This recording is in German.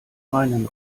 meinen